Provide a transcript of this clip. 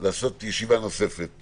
לעשות ישיבה נוספת